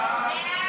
חוק הממשלה